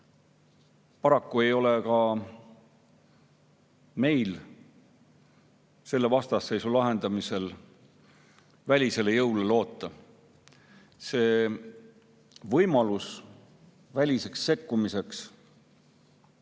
Paraku ei [saa] meie selle vastasseisu lahendamisel välisele jõule loota. Võimalus väliseks sekkumiseks